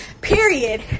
Period